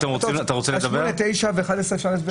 8, 9 ו-11.